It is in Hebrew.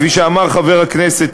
כפי שאמר חבר הכנסת